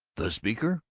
the speaker?